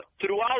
throughout